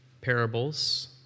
parables